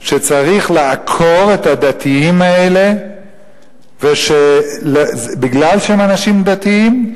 שצריך לעקור את הדתיים האלה בגלל שהם אנשים דתיים,